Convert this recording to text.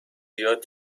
بیاد